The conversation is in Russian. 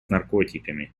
наркотиками